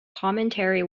commentary